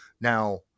now